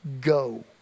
go